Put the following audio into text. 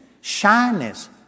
shyness